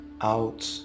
out